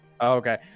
Okay